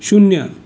शून्य